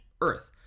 earth